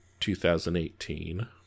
2018